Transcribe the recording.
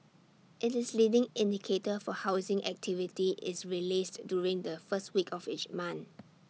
IT is leading indicator for housing activity is released during the first week of each month